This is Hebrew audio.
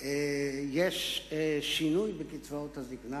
יש שינוי בקצבאות הזיקנה,